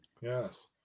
Yes